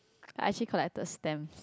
I actually collected stamp